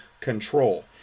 control